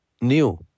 New